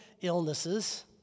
illnesses